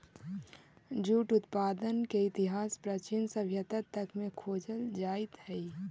jute उत्पादन के इतिहास प्राचीन सभ्यता तक में खोजल जाइत हई